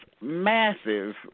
massive